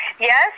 Yes